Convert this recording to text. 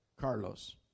Carlos